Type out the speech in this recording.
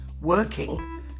working